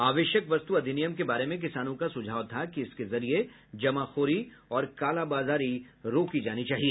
आवश्यक वस्तु अधिनियम के बारे में किसानों का सुझाव था कि इसके जरिए जमाखोरी और कालाबाजारी रोकी जानी चाहिए